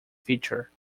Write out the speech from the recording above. future